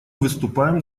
выступаем